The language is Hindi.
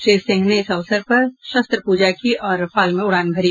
श्री सिंह ने इस अवसर पर शस्त्र पूजा की और रफाल में उड़ान भरी